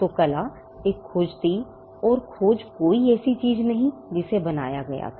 तो कला एक खोज थी और खोज कोई ऐसी चीज नहीं है जिसे बनाया गया था